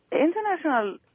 international